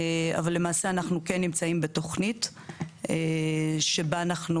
אבל למעשה אנחנו כן נמצאים בתוכנית שבה אנחנו